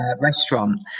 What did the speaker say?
restaurant